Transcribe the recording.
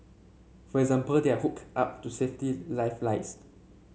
for example they are hooked up to safety lifelines